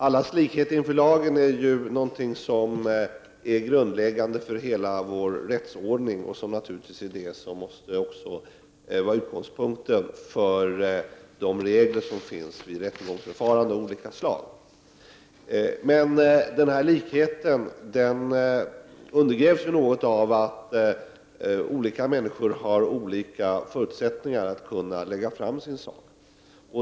Allas likhet inför lagen är något som är grundläggande för hela vår rättsordning och som naturligtvis är det som måste vara utgångspunkten för de regler som finns vid rättegångsförfaranden av olika slag. Men likheten undergrävs av att olika människor har olika förutsättningar att kunna lägga fram sin sak.